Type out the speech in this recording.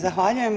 Zahvaljujem.